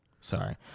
Sorry